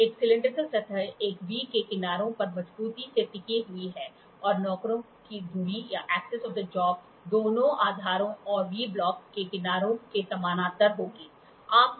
एक सिलैंडरिकल सतह एक वी के किनारों पर मजबूती से टिकी हुई है और नौकरी की धुरी दोनों आधार और वी ब्लॉक के किनारों के समानांतर होगी